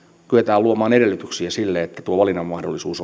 kyetään luomaan edellytyksiä sille että tuo valinnanmahdollisuus